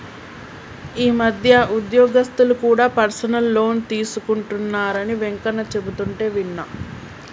ఈ మధ్య ఉద్యోగస్తులు కూడా పర్సనల్ లోన్ తీసుకుంటున్నరని వెంకన్న చెబుతుంటే విన్నా